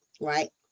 right